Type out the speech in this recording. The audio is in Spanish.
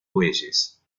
bueyes